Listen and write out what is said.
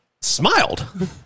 smiled